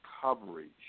coverage